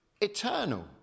eternal